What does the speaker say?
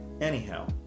Anyhow